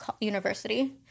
university